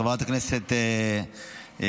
חברת הכנסת מיכל,